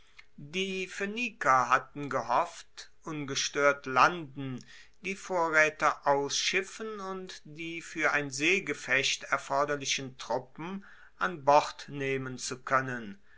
die phoeniker hatten gehofft ungestoert landen die vorraete ausschiffen und die fuer ein seegefecht erforderlichen truppen an bord nehmen zu koennen